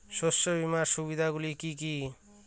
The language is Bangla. শস্য বীমার সুবিধা গুলি কি কি?